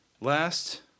Last